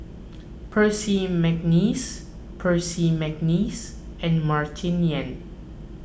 Percy McNeice Percy McNeice and Martin Yan